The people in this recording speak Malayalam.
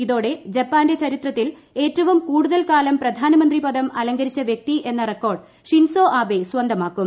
ഇതോടെ ജപ്പാന്റെ ചരിത്രത്തിൽ ഏറ്റവും കൂടുതൽ കാലം പ്രധാനമന്ത്രി പദം അലങ്കരിച്ച വൃക്തി എന്ന റെക്കോർഡ് ഷിൻസോ ആബേ സ്വന്തമാക്കും